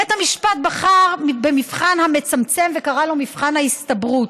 בית המשפט בחר במבחן המצמצם וקרא לו "מבחן ההסתברות",